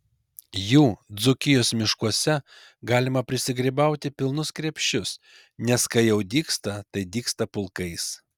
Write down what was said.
jų dzūkijos miškuose galima prisigrybauti pilnus krepšius nes kai jau dygsta tai dygsta pulkais